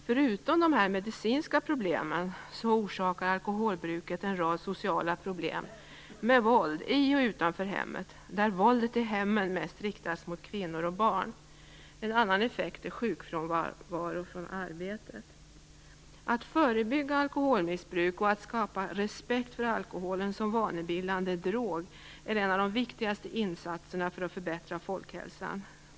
Förutom de medicinska problemen förorsakar alkoholbruket en rad sociala problem som våld i och utanför hemmet, där våldet i hemmen mest riktas mot kvinnor och barn. En annan effekt är sjukfrånvaro från arbetet. Att förebygga alkoholmissbruk och att skapa respekt för alkoholen som vanebildande drog är en av de viktigaste insatserna för att förbättra folkhälsan.